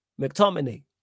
McTominay